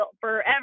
forever